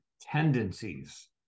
tendencies